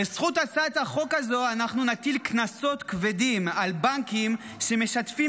בזכות הצעת החוק הזו אנחנו נטיל קנסות כבדים על בנקים שמשתפים